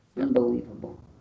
Unbelievable